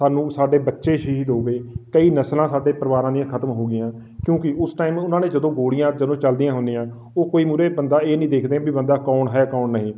ਸਾਨੂੰ ਸਾਡੇ ਬੱਚੇ ਸ਼ਹੀਦ ਹੋ ਗਏ ਕਈ ਨਸਲਾਂ ਸਾਡੇ ਪਰਿਵਾਰਾਂ ਦੀਆਂ ਖਤਮ ਹੋ ਗਈਆਂ ਕਿਉਂਕਿ ਉਸ ਟਾਈਮ ਉਹਨਾਂ ਨੇ ਜਦੋਂ ਗੋਲੀਆਂ ਜਦੋਂ ਚਲਦੀਆਂ ਹੁੰਦੀਆਂ ਉਹ ਕੋਈ ਮੂਹਰੇ ਬੰਦਾ ਇਹ ਨਹੀਂ ਦੇਖਦੇ ਵੀ ਬੰਦਾ ਕੌਣ ਹੈ ਕੌਣ ਨਹੀਂ